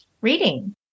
reading